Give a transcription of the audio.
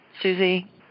Susie